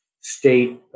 State